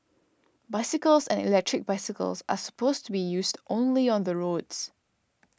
bicycles and electric bicycles are supposed to be used only on the roads